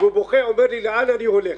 ובוכה ואומר לי: לאן אני הולך?